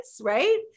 right